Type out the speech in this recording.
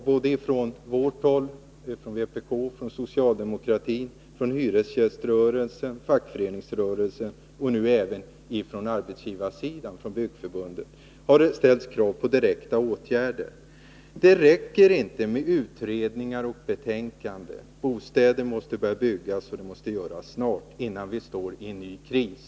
Både från vpk och från socialdemokratin, hyresgäströrelsen, fackföreningsrörelsen och nu även från arbetsgivarsidan, Byggförbundet, har det ställts krav på direkta åtgärder. Det räcker inte med utredningar och betänkanden. Bostäder måste börja byggas, och det måste göras snart, så att vi inte hamnar i en ny kris.